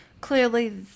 clearly